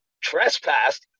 trespassed